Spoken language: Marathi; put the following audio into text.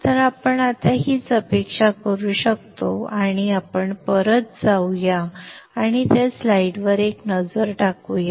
तर आपण हीच अपेक्षा करू शकतो आणि आपण परत जाऊ या आणि त्या स्लाइडवर एक नजर टाकूया